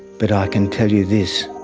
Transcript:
but i can tell you this,